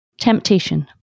Temptation